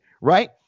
right